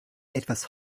etwas